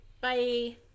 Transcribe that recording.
Bye